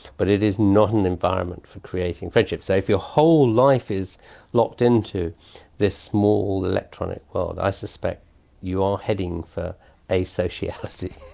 but it is not an environment for creating friendship. so if your whole life is locked into this small electronic world, i suspect you are heading for a-sociality.